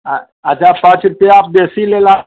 आ अच्छा पाँच रुपया आप देसी ले ला